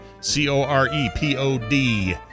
C-O-R-E-P-O-D